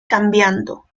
cambiando